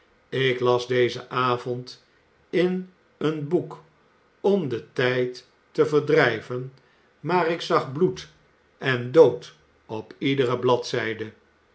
ik las dezen avond in een boek om den tijd te verdrijven maar ik zag bloed en dood op iedere bladzijde